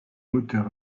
moteur